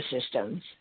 systems